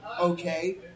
Okay